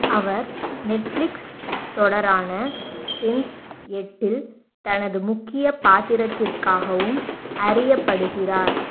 அவர் Netflix தொடரான Sense எட்டில் தனது முக்கியப் பாத்திரத்திற்காகவும் அறியப்படுகிறார்